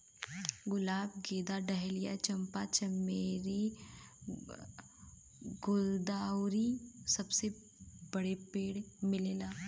गुलाब गेंदा डहलिया चंपा चमेली गुल्दाउदी सबे पेड़ मिलेला